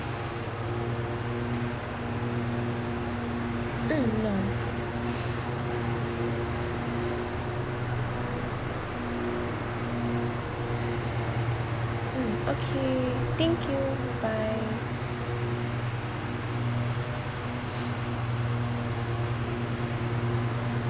mm no mm okay thank you bye bye